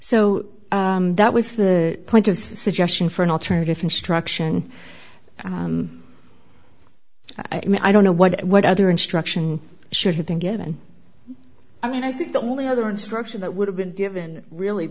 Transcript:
so that was the point of suggestion for an alternative instruction and i don't know what what other instruction should have been given i mean i think the only other instruction that would have been given really